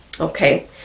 okay